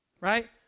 Right